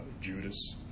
Judas